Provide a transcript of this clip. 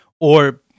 or-